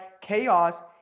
chaos